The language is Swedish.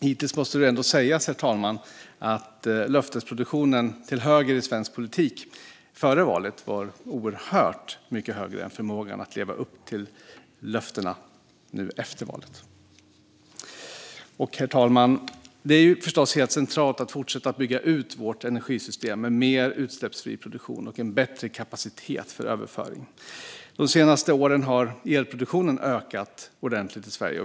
Hittills måste det ändå sägas, herr talman, att löftesproduktionen till höger i svensk politik före valet var oerhört mycket högre än förmågan att leva upp till löftena nu efter valet. Herr talman! Det är förstås helt centralt att fortsätta bygga ut vårt energisystem med mer utsläppsfri produktion och en bättre kapacitet för överföring. De senaste åren har elproduktionen ökat ordentligt i Sverige.